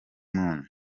moon